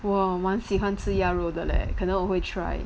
!whoa! 我很喜欢吃鸭肉的 leh 可能我会 try